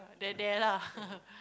there there lah